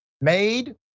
made